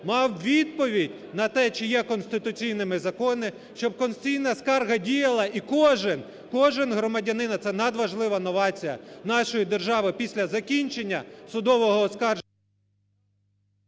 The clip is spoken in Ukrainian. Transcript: мав відповідь на те, чи є конституційними закони, щоб конституційна скарга діяла, і кожен, кожен громадянин, і це надважлива новація, нашої держави після закінчення судового оскарження…